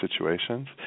situations